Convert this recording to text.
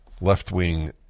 left-wing